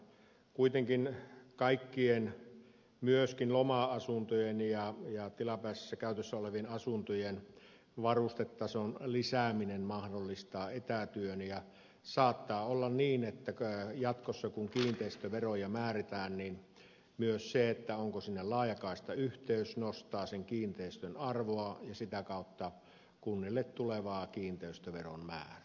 kuitenkin kaikkien myöskin loma asuntojen ja tilapäisessä käytössä olevien asuntojen varustetason lisääminen mahdollistaa etätyön ja saattaa olla niin että jatkossa kun kiinteistöveroja määrätään myös se onko sinne laajakaistayhteys nostaa sen kiinteistön arvoa ja sitä kautta kunnille tulevaa kiinteistöveron määrää